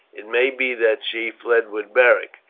it may be that she fled with beric,